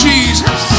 Jesus